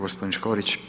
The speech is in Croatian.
Gospodin Škorić.